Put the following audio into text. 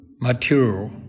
material